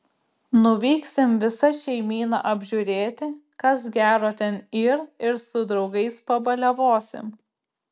nuvyksim visa šeimyna apžiūrėti kas gero ten yr ir su draugais pabaliavosim